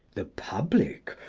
the public,